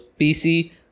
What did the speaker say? pc